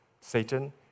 Satan